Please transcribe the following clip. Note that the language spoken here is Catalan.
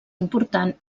important